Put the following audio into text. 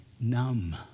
numb